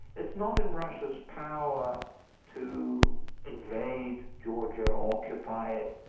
it's not in russia's power to invade georgia or occupy it,